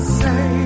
say